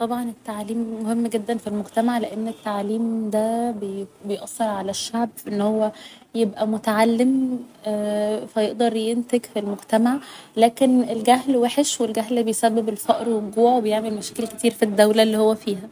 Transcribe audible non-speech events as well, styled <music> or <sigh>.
طبعا التعليم مهم جدا في المجتمع لان التعليم ده بي بيأثر على الشعب في ان هو يبقى متعلم <hesitation> فيقدر ينتج في المجتمع لكن الجهل وحش و الجهل بيسبب الفقر و الجوع و بيعمل مشاكل كتير في الدولة اللي هو فيها